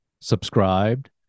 subscribed